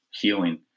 healing